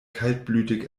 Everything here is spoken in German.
kaltblütig